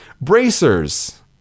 bracers